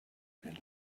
been